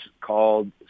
called